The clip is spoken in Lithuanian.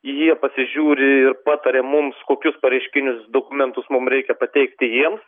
jie pasižiūri ir pataria mums kokius pareiškinius dokumentus mum reikia pateikti jiems